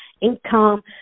income